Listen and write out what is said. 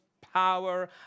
power